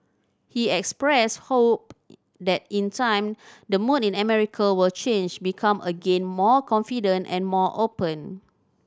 he expressed hope that in time the mood in America will change become again more confident and more open